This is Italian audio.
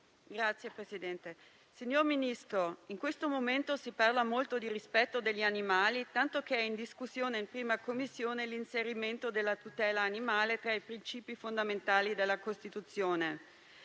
Signor Presidente, signor Ministro, in questo momento si parla molto di rispetto degli animali, tanto che è in discussione in 1a Commissione l'inserimento della tutela animale tra i principi fondamentali della Costituzione.